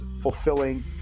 fulfilling